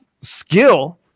skill